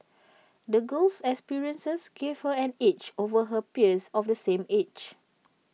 the girl's experiences gave her an edge over her peers of the same age